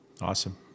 Awesome